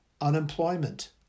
unemployment